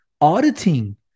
auditing